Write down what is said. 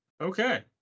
Okay